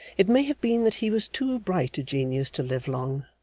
it may have been that he was too bright a genius to live long,